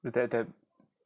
that that